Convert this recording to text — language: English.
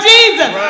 Jesus